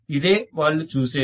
ఇదే వాళ్ళు చూసేది